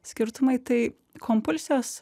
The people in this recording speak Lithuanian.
skirtumai tai kompulsijos